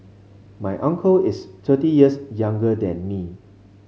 my uncle is thirty years younger than me